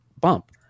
bump